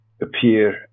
appear